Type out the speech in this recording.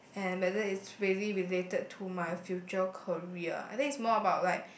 and whether is really related to my future career I think it's more about like